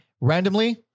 randomly